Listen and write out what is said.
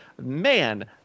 man